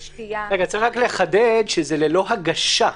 אוכל ושתייה --- צריך רק לחדד שזה ללא הגשה.